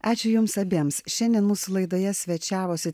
ačiū jums abiems šiandien mūsų laidoje svečiavosi